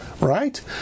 right